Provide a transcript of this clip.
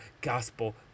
gospel